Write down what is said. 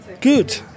good